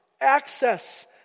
access